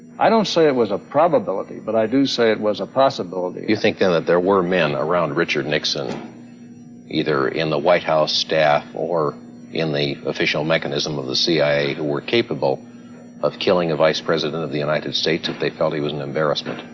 i don't say it was a probability, but i do say it was a possibility you think then that there were men around richard nixon either in the white house staff or in the official mechanism of the cia who were capable of killing a vice president of the united states if they felt he was an embarrassment?